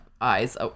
eyes